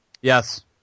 Yes